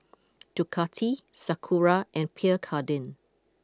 Ducati Sakura and Pierre Cardin